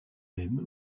mêmes